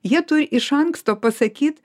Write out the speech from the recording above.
jie turi iš anksto pasakyt